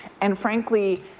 and frankly,